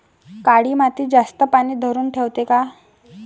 काळी माती जास्त पानी धरुन ठेवते का?